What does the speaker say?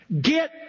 Get